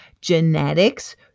genetics